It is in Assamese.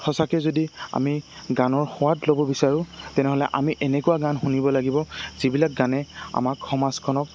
সঁচাকে যদি আমি গানৰ সোৱাদ ল'ব বিচাৰোঁ তেনেহ'লে আমি এনেকুৱা গান শুনিব লাগিব যিবিলাক গানে আমাক সমাজখনক